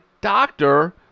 doctor